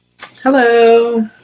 Hello